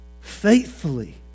faithfully